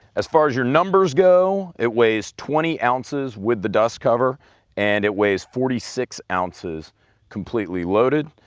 as far as your numbers go, it weighs twenty ounces with the dust cover and it weighs forty six ounces completely loaded.